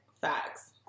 Facts